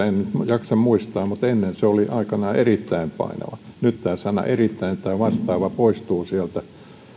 en jaksa muistaa mutta aikanaan se oli erittäin painava nyt tämä sana erittäin tai vastaava poistuu sieltä